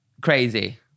Crazy